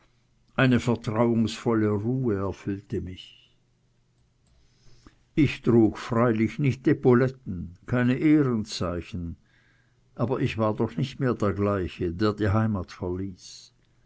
eine vertrauungsvolle ruhe erfüllte mich ich trug freilich nicht epauletten keine ehrenzeichen aber ich war doch nicht mehr der gleiche der die heimat verließ